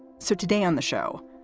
so today on the show,